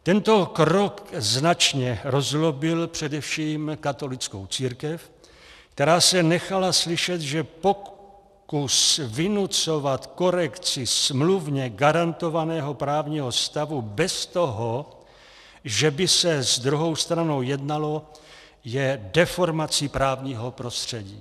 Tento krok značně rozzlobil především katolickou církev, která se nechala slyšet, že pokus vynucovat korekci smluvně garantovaného právního stavu bez toho, že by se s druhou stranou jednalo, je deformací právního prostředí.